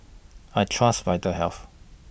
I Trust Vitahealth